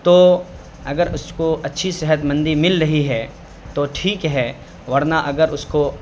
تو اگر اس کو اچھی صحت مندی مل رہی ہے تو ٹھیک ہے ورنہ اگر اس کو